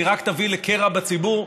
היא רק תביא לקרע בציבור,